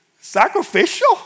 Sacrificial